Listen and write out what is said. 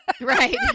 Right